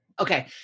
Okay